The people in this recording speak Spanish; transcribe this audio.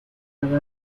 música